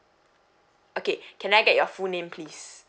okay can I get your full name please